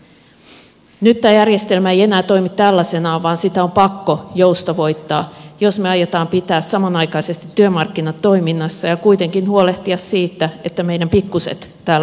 nyt tämä järjestelmä ei enää toimi tällaisenaan vaan sitä on pakko joustavoittaa jos me aiomme pitää samanaikaisesti työmarkkinat toiminnassa ja kuitenkin huolehtia siitä että meidän pikkuiset täällä hoidetaan